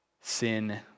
sin